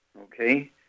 Okay